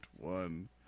one